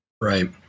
Right